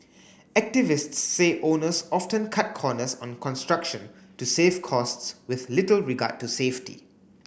activists say owners often cut corners on construction to save costs with little regard to safety